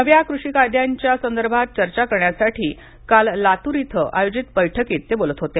नव्या कृषी कायद्यांच्या संदर्भात चर्चा करण्यासाठी काल लातूर इथं आयोजित बैठकीत ते बोलत होते